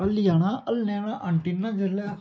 हल्ली जाना हल्लने आह्ला एंटीना जिसलै